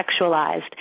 sexualized